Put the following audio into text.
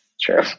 True